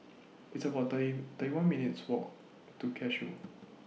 It's about thirty one minutes' Walk to Cashew